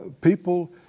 people